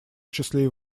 числе